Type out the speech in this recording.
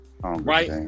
Right